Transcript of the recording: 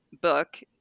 book